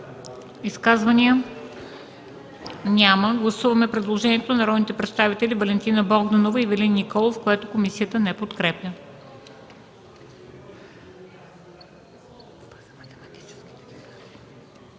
Изказвания? Няма. Гласуваме предложението на народните представители Валентина Богданова и Ивелин Николов, което комисията не подкрепя.